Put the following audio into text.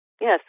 Yes